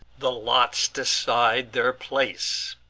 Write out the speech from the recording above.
the lots decide their place.